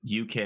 UK